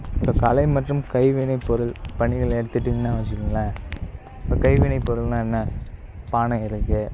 இப்போ கலை மற்றும் கைவினைப் பொருள் பணிகளை எடுத்துகிட்டீங்கன்னா வச்சுக்கோங்களேன் இப்போ கைவினைப் பொருள்ன்னா என்ன பானை இருக்கு